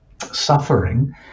suffering